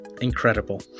Incredible